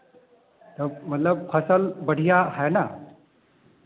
तो मतलब फ़सल बढ़िया है ना